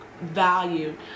value